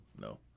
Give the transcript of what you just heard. no